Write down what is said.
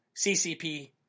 CCP